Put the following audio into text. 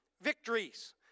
victories